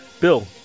Bill